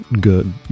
good